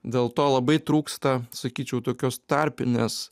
dėl to labai trūksta sakyčiau tokios tarpinės